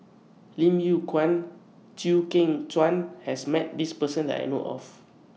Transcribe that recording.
Lim Yew Kuan and Chew Kheng Chuan has Met This Person that I know of